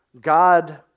God